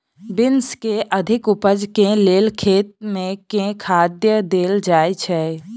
Beans केँ अधिक उपज केँ लेल खेत मे केँ खाद देल जाए छैय?